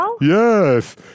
Yes